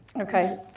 Okay